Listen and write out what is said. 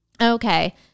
Okay